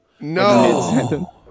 No